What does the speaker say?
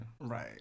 Right